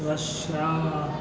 Russia